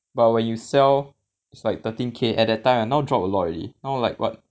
but when you sell it's like thirteen K at that time lah now drop a lot already now like what